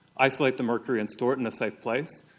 isolate the mercury and store it in a safe place,